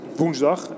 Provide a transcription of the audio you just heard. woensdag